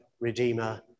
Redeemer